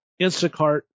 Instacart